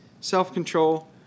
self-control